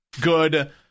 good